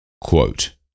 Quote